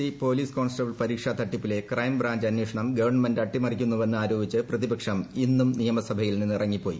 C police constable പരീക്ഷാ തട്ടിപ്പിലെ crime branch അന്വേഷണം ഗവൺമെന്റ് അട്ടിമറിക്കുന്നുവെന്ന് ആരോപിച്ച് പ്രതിപക്ഷം ഇന്നും നിയമസഭയിൽ നിന്നിറങ്ങിപ്പോയി